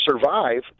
survive